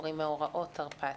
קוראים מאורעות תרפ"ט,